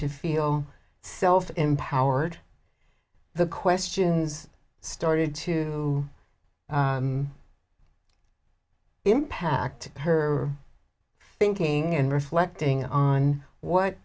to feel self empowered the questions started to impact her thinking and reflecting on what